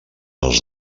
els